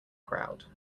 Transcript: crowd